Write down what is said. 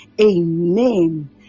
Amen